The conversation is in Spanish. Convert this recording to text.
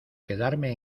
quedarme